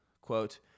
quote